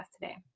today